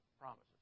promises